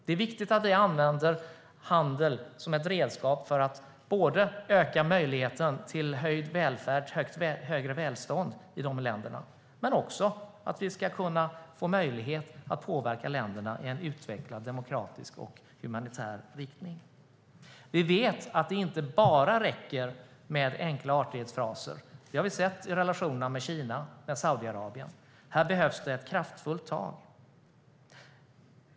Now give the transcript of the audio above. Det är viktigt att vi använder handel som ett redskap för att öka möjligheten till höjd välfärd och högre välstånd i de länderna men också för att kunna få möjlighet att påverka ländernas utveckling i en demokratisk och humanitär riktning. Vi vet att det inte bara räcker med enkla artighetsfraser. Det har vi sett i relationerna med Kina och Saudiarabien. Här behövs det ett kraftfullt tag.